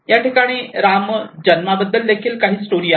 या ठिकाणी राम जन्म बद्दल काही स्टोरी आहेत